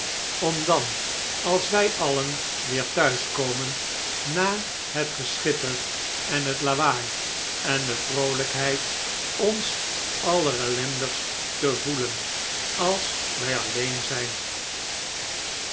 om dan als wij alien weer thuis komen na het geschitter en het lawaai en de vroolijkheid ons allerellendigst te voelen als wij alleen zijn